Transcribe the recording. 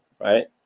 right